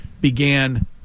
began